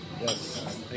Yes